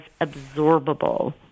absorbable